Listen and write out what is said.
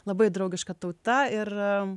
labai draugiška tauta ir